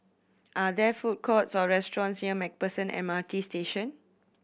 are there food courts or restaurants near Macpherson M R T Station